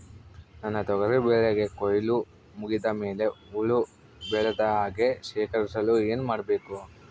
ನನ್ನ ತೊಗರಿ ಬೆಳೆಗೆ ಕೊಯ್ಲು ಮುಗಿದ ಮೇಲೆ ಹುಳು ಬೇಳದ ಹಾಗೆ ಶೇಖರಿಸಲು ಏನು ಮಾಡಬೇಕು?